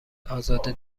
ازاده